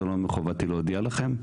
זה לא מחובתי להודיע לכם.